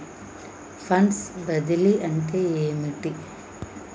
Funds బదిలీ అంటే ఏమిటి?